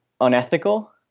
unethical